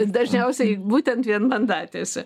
dažniausiai būtent vienmandatėse